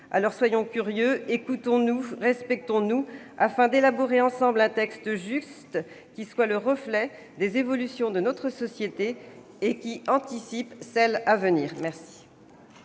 Alors, soyons curieux, écoutons-nous, respectons-nous, afin d'élaborer ensemble un texte juste, qui soit le reflet des évolutions de notre société et qui anticipe celles à venir. La